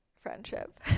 friendship